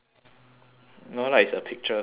no lah it's a picture so can't really tell